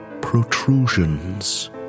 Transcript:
protrusions